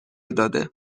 داده